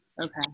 okay